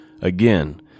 again